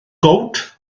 gowt